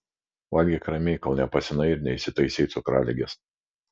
valgyk ramiai kol nepasenai ir neįsitaisei cukraligės